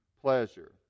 pleasure